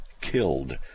killed